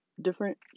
different